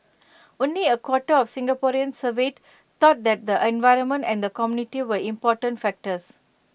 only A quarter of Singaporeans surveyed thought that the environment and the community were important factors